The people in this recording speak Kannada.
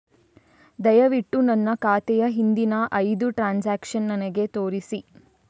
ದಯವಿಟ್ಟು ನನ್ನ ಖಾತೆಯ ಹಿಂದಿನ ಐದು ಟ್ರಾನ್ಸಾಕ್ಷನ್ಸ್ ನನಗೆ ತೋರಿಸಿ